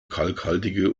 kalkhaltige